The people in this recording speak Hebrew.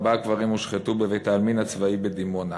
ארבעה קברים הושחתו בבית-העלמין הצבאי בדימונה.